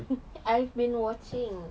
I've been watching